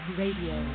radio